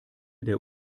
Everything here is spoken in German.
der